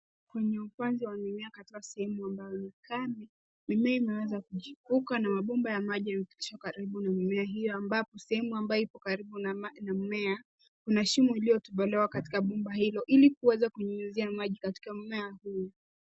Kwenye upanzi wa mimea katika sehemu ambayo inaonenakana, mimea imeweza kuchipuka na mabomba ya maji yamepitishwa karibu na mimea hiyo; ambapo sehemu ambayo iko karibu na mmea, kuna shimo iliyotobolewa katika bomba hilo, ili kuweza kunyunyizia maji katika mmea huu.